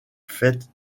feit